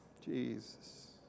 Jesus